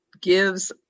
gives